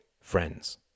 friends